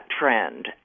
trend